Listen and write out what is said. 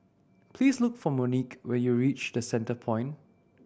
please look for Monique when you reach The Centrepoint